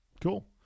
Cool